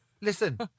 Listen